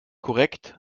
korrekt